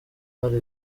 hari